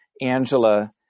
Angela